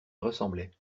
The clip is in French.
ressemblait